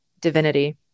divinity